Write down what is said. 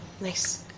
Nice